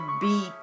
beat